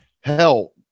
Hell